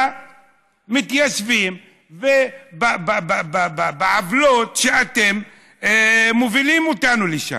במתיישבים ובעוולות שאתם מובילים אותנו לשם.